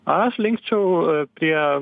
aš linkčiau prie